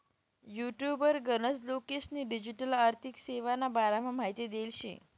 युटुबवर गनच लोकेस्नी डिजीटल आर्थिक सेवाना बारामा माहिती देल शे